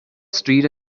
stryd